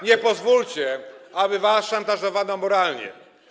Nie pozwólcie, aby was szantażowano moralnie.